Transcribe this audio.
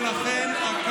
אביגדור ליברמן (ישראל ביתנו): ולכן,